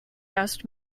asked